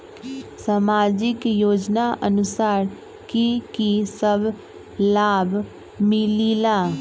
समाजिक योजनानुसार कि कि सब लाब मिलीला?